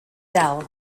dell